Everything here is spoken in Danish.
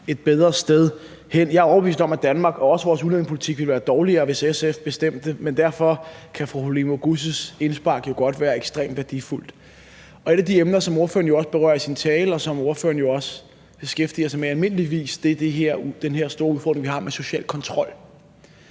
et bedre sted hen. Jeg er overbevist om, at Danmark ville være et dårligere sted, og også at vores udlændingepolitik ville være dårligere, hvis SF bestemte, men derfor kan fru Halime Oguz' indspark jo godt være ekstremt værdifuldt. Et af de emner, som ordføreren berører i sin tale, og som ordføreren også almindeligvis beskæftiger sig med, er den her store udfordring, vi har med social kontrol.